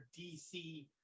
dc